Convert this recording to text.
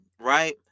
right